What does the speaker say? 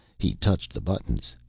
he touched the buttons.